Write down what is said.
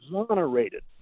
exonerated